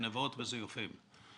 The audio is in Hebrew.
גנבות וזיופים,